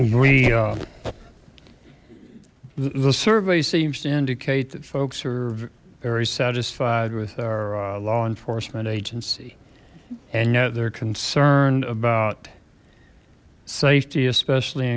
we the survey seems to indicate that folks are very satisfied with our law enforcement agency and now they're concerned about safety especially